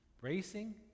Bracing